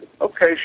okay